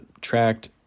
tracked